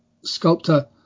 sculptor